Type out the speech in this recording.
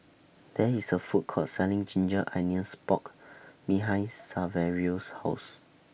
There IS A Food Court Selling Ginger Onions Pork behind Saverio's House